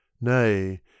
Nay